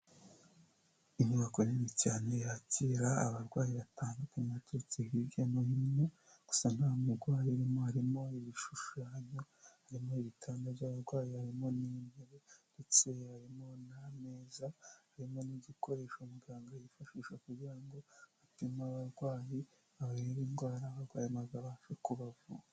Inyubako nini cyane yakira abarwayi batandukanye baturutse hirya no hino gusa nta muwayi urimo, harimo ibishushanyo, harimo ibitanda by'abarwayi, harimo n'intebe ndetse harimo n'ameza, harimo n'igikoresho muganga yifashisha kugira ngo apime abarwayi arebe indwara barwaye maze abashe kubavura.